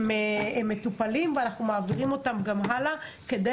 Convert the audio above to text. הם מטופלים ואנחנו מעבירים אותם הלאה כדי